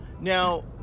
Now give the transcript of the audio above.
Now